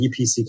EPC